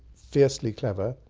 fiercely clever,